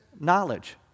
knowledge